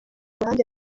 ruhande